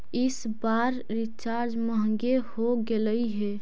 इस बार रिचार्ज महंगे हो गेलई हे